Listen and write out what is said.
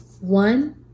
One